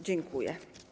Dziękuję.